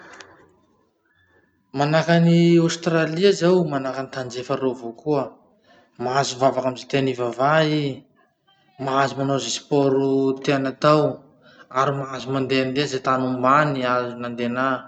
Manahaky an'i Australia zao manahaky any tandrefa reo avao koa, mahazo mivavaky amy ze tiany hivahaha ii, mahazo manao ze sport tiany hatao, ary mahazo mandehandeha ze tany ombany azony andehana.